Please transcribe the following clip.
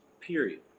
period